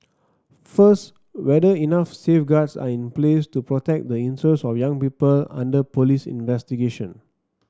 first whether enough safeguards are in place to protect the interest of young people under police investigation